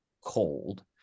cold